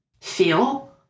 feel